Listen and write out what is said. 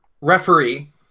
referee